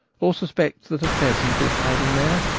or suspects that a pheasant is hiding there,